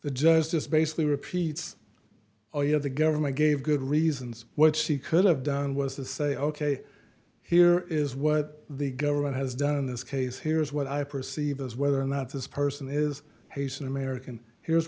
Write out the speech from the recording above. the justice basically repeats or you know the government gave good reasons what she could have done was to say ok here is what the government has done in this case here's what i perceive as whether or not this person is he's an american here's